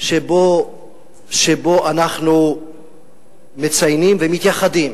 שבו אנחנו מציינים, ומתייחדים